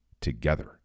together